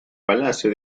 palacio